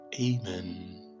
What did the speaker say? Amen